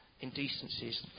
indecencies